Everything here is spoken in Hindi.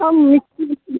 अब मिट्टी विट्टी